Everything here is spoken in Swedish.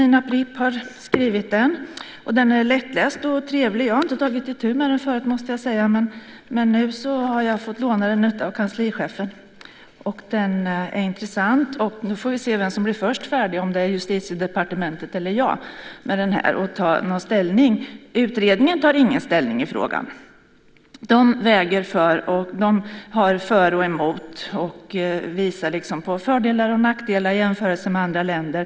Nina Pripp har skrivit den. Den är lättläst och trevlig. Jag har inte tagit itu med den tidigare, måste jag säga. Men nu har jag fått låna den av kanslichefen. Vi får se vem som först blir färdig, Justitiedepartementet eller jag, med att ta ställning. Utredningen tar ingen ställning i frågan. De väger för och nackdelar. De visar på fördelar och nackdelar och gör jämförelser med andra länder.